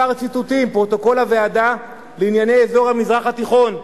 כמה ציטוטים: פרוטוקול הוועדה לענייני אזור המזרח התיכון,